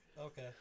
Okay